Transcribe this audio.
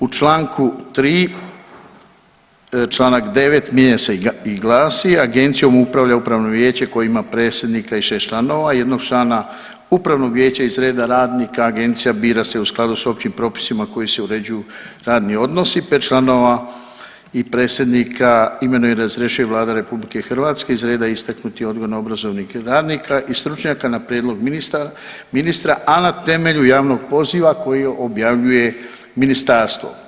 U čl. 3., čl. 9. mijenja se i glasi, agencijom upravlja upravno vijeće koje ima predsjednika i 6 članova, jednog člana upravnog vijeća iz reda radnika agencija bira se u skladu s općim propisima kojim se uređuju radni odnosi, 5 članova i predsjednika imenuje i razrješuje Vlada RH iz reda istaknutih odgojno obrazovnih radnika i stručnjaka na prijedlog ministra, a na temelju javnog poziva koji objavljuje ministarstvo.